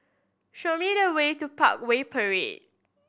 show me the way to Parkway Parade